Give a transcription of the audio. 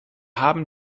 haben